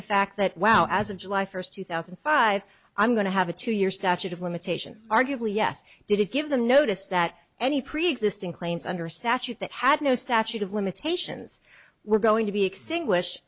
the fact that well as of july first two thousand and five i'm going to have a two year statute of limitations arguably yes did it give them notice that any preexisting claims under statute that had no statute of limitations were going to be extinguish